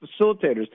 facilitators